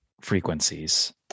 frequencies